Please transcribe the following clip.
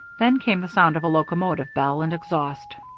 then came the sound of a locomotive bell and exhaust.